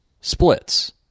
splits